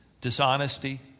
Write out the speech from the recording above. dishonesty